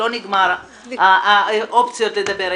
לא נגמרו האופציות לדבר.